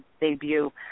debut